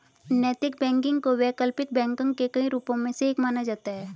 नैतिक बैंकिंग को वैकल्पिक बैंकिंग के कई रूपों में से एक माना जाता है